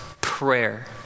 prayer